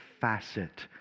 facet